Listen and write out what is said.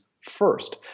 first